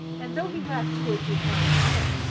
and though he laughed two or three times again,